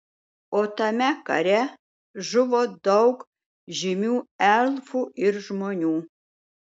o tame kare žuvo daug žymių elfų ir žmonių